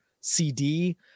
CD